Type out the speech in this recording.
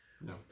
no